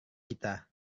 kita